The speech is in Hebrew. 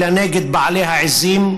אלא נגד בעלי העיזים.